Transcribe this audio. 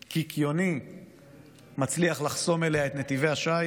קיקיוני מצליח לחסום אליה את נתיבי השיט.